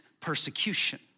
persecution